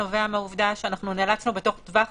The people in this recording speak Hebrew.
זה נובע מהעובדה שאנחנו נאלצנו בתוך טווח